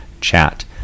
chat